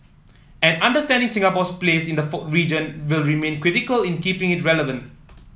and understanding Singapore's place in the region will remain critical in keeping relevant